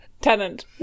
Tenant